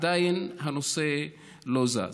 עדיין הנושא לא זז.